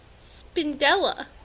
Spindella